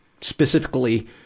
specifically